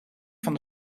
van